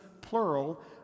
plural